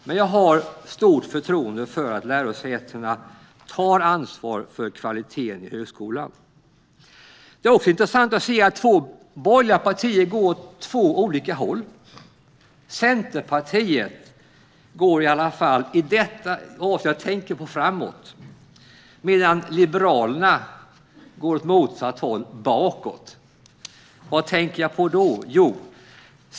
Men jag har stort förtroende för att lärosätena tar ansvar för kvaliteten i högskolan. Det är också intressant att se att två borgerliga partier går åt två olika håll. Centerpartiet går i varje fall i det avseende jag tänker på framåt, medan Liberalerna går åt motsatt håll och bakåt. Vad tänker jag då på?